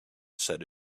said